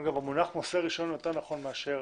אגב, המונח מוסר רישיון יותר נכון מאשר